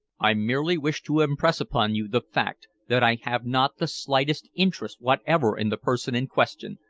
i merely wish to impress upon you the fact that i have not the slightest interest whatsoever in the person in question,